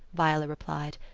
viola replied,